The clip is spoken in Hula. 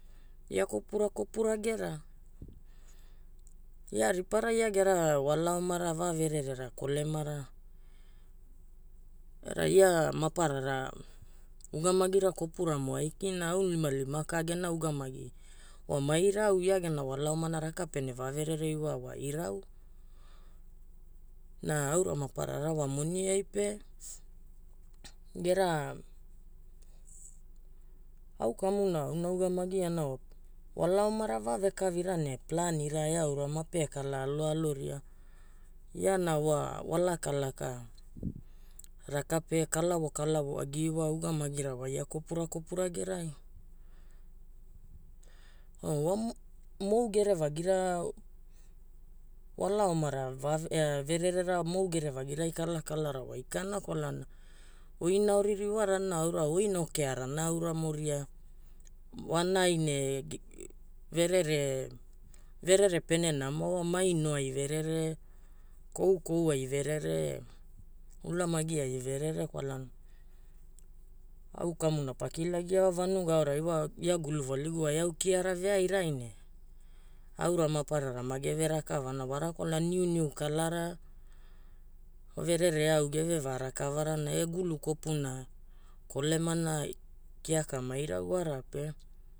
Ia kopura kopura gera. Ia ripara ia gera wala omara vavererera kolemara. Era ia maparara ugamagira kopuramo aikina aunilimalima ka gena ugamagi wa mairau, ia gena wala omana raka pene vaverere iwaa wa irau. Na aura maparara wa moniai pe, gera au kamuna auna augamagiana wa wala omara vavekavira ne planira eaura mape kala aloaloria, iana wa walakalaka raka pe kalavokalavo agiiwaa ugamagira wa ia kopura kopura gerai. Wa mou gerevagira wala omara vererera mou gerevagirai kalakalara wa ikana kwalana oina oririwarana aura o oina okearana auramoria wanai ne verere verere pene nama wa, maino ai verere, koukou ai verere, ulamagi ai verere kwalana au kamuna pakilagiawa vanuga aorai wa ia guluvaligu wa eau kiara veairaine aura maparara mageve rakavana wara kwalana niuniu kalara verere au gevevarakavarana egulu kopuna kolemana kiaka mairau warape.